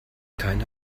keine